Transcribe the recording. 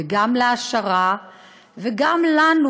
גם להעשרה וגם לנו,